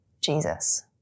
Jesus